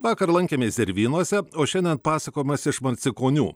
vakar lankėmės zervynose o šiandien pasakojimas iš marcinkonių